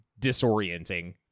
disorienting